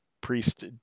Priest